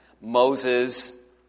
Moses